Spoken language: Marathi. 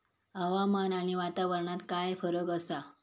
हवामान आणि वातावरणात काय फरक असा?